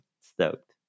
stoked